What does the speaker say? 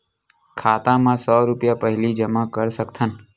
खाता मा सौ रुपिया पहिली जमा कर सकथन?